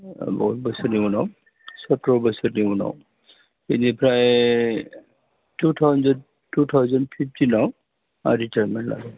बहुत बोसोरनि उनाव सत्र' बोसोरनि उनाव बेनिफ्राय टु थावजेन्द टु थावजेन फिफ्टिनआव आं रिटायार्मेन्ट लादों